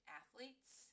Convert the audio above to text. athletes